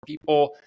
people